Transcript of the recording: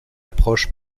approche